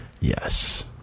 Yes